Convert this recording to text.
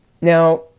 Now